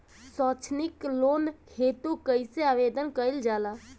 सैक्षणिक लोन हेतु कइसे आवेदन कइल जाला?